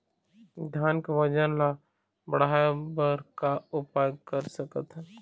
धान के वजन ला बढ़ाएं बर का उपाय कर सकथन?